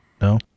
No